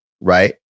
right